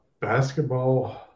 Basketball